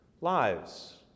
lives